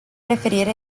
referire